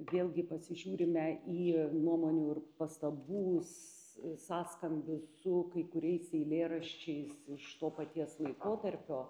vėlgi pasižiūrime į nuomonių ir pastabų s sąskambius su kai kuriais eilėraščiais iš to paties laikotarpio